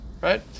right